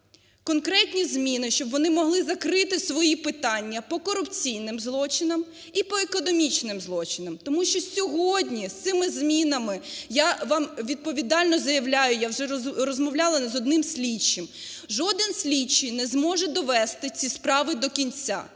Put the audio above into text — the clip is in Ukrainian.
конкретні зміни, щоб вони могли закрити свої питання по корупційним злочинам і по економічним злочинам. Тому що сьогодні з цими змінами я вам відповідально заявляю, я вже розмовляла не з одним слідчим, жоден слідчий не зможе довести ці справи до кінця,